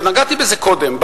ונגעתי בזה קודם,